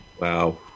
wow